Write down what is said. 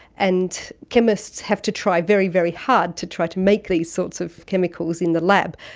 and chemists have to try very, very hard to try to make these sorts of chemicals in the lab.